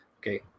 okay